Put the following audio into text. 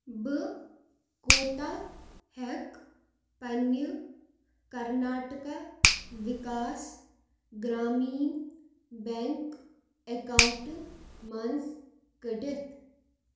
بہٕ کوٗتاہ ہیٚکہٕ پنِنہِ کرناٹکا وِکاس گرٛامیٖن بیٚنٛک اکاونٹہٕ منٛز کٔڑِتھ؟